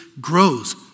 grows